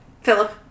Philip